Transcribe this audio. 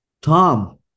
Tom